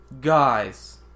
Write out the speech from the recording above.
Guys